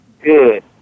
good